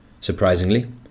Surprisingly